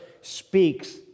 speaks